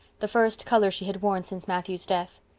the first color she had worn since matthew's death.